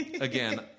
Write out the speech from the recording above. again